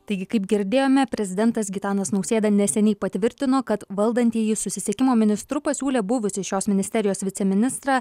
taigi kaip girdėjome prezidentas gitanas nausėda neseniai patvirtino kad valdantieji susisiekimo ministru pasiūlė buvusį šios ministerijos viceministrą